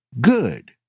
good